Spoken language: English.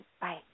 bye